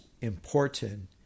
important